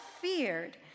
feared